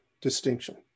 distinction